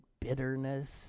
bitterness